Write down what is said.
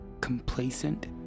complacent